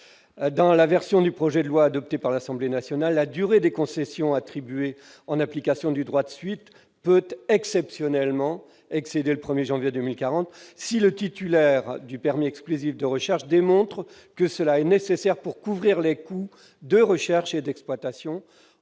Dans la version du projet de loi adoptée par l'Assemblée nationale, les concessions attribuées en application du droit de suite pouvaient exceptionnellement s'étendre au-delà du 1 janvier 2040 si le titulaire du permis exclusif de recherches démontrait que cela était nécessaire pour couvrir les coûts de recherche et d'exploitation